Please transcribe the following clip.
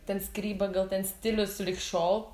ten skyryba gal ten stilius lig šol